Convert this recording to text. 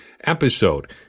episode